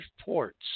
ports